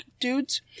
dudes